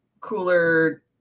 cooler